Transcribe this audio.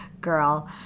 girl